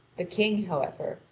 the king, however,